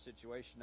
situation